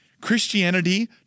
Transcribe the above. Christianity